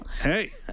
Hey